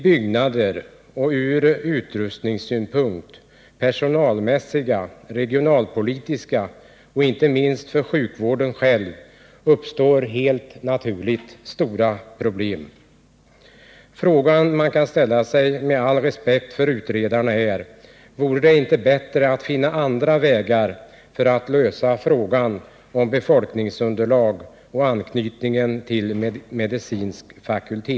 Byggnads-, utrustningsoch personalmässigt, regionalpolitiskt och inte minst för sjukvården själv uppstår helt naturligt stora problem. Den fråga man — med all respekt för utredarna — kan ställa är: Vore det inte bättre att finna andra vägar för att lösa frågan om befolkningsunderlag och anknytningen till medicinsk fakultet?